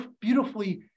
beautifully